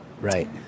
right